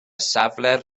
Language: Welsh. safle